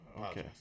Okay